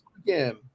Again